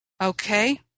Okay